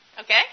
Okay